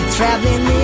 Traveling